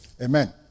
Amen